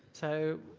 so